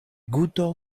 guto